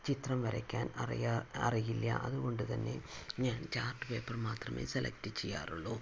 ചിത്രം വരയ്ക്കാൻ അറിയാ അറിയില്ല അത്കൊണ്ട് തന്നെ ഞാൻ ചാർട്ട് പേപ്പർ മാത്രമേ സെലക്ട് ചെയ്യാറുള്ളൂ